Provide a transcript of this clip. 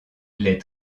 les